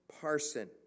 Parson